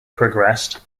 progressed